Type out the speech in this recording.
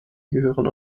gehören